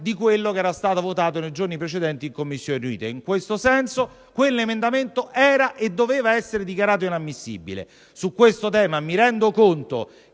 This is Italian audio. di quello che era stato votato nei giorni precedenti nelle Commissioni riunite. In questo senso, quell'emendamento era e doveva essere dichiarato inammissibile. Su questo tema, mi rendo conto